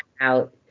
out